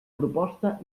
proposta